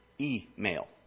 email